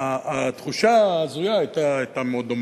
התחושה ההזויה היתה מאוד דומה.